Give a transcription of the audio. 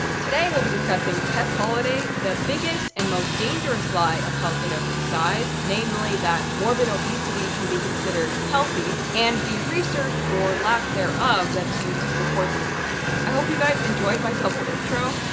today we'll be discussing tess holliday the biggest and most dangerous lie of health at every size, namely that morbid obesity can be considered healthy and the research or lack thereof, that's used to support these claims. i hope you guys enjoyed my double intro.